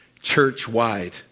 church-wide